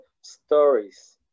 stories